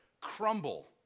crumble